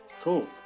cool